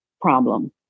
problem